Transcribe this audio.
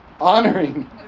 Honoring